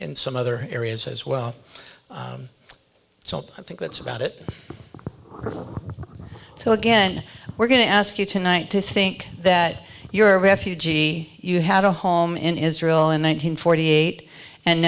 in some other areas as well so i think that's about it so again we're going to ask you tonight to think that you're a refugee you had a home in israel in one nine hundred forty eight and